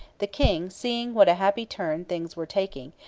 the king, seeing what a happy turn things were taking,